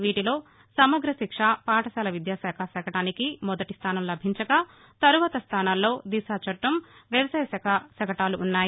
వీటిలో సమగ్రశిక్ష పాఠశాల విద్యాశాఖ శకటానికి మొదటిస్థాసం లభించగా తరువాత స్థానాల్లో దిశా చట్టం వ్యవసాయ శాఖా శకటాలు ఉన్నాయి